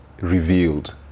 revealed